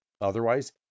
Otherwise